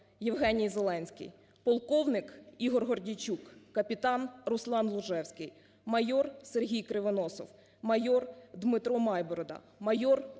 Дякую